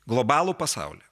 globalų pasaulį